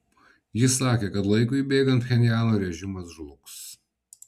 jis sakė kad laikui bėgant pchenjano režimas žlugs